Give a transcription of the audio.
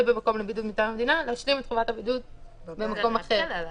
לבידוד מטעם המדינה להשלים את חובת הבידוד במקום אחר.